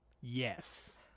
Yes